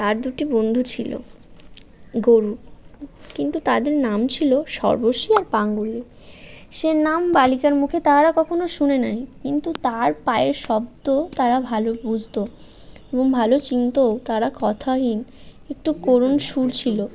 আর দুটি বন্ধু ছিলো গরু কিন্তু তাদের নাম ছিলো সর্বশী আর পাঙ্গুলি সে নাম বালিকার মুখে তাহারা কখনো শুনে নাই কিন্তু তার পায়ের শব্দ তারা ভালো বুঝত এবং ভালো চিনতো তারা কথাহীন একটু করুণ সুর ছিলো